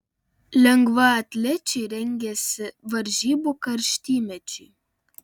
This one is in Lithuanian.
lengvaatlečiai rengiasi varžybų karštymečiui